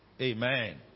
Amen